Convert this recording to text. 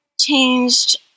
changed